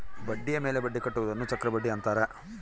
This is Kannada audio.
ಬಡ್ಡಿಯ ಮೇಲೆ ಬಡ್ಡಿ ಕಟ್ಟುವುದನ್ನ ಚಕ್ರಬಡ್ಡಿ ಅಂತಾರೆ